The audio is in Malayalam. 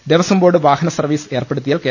ദേവസ്വം ബോർഡ് വാഹന സർവീസ് ഏർപ്പെടുത്തിയാൽ കെ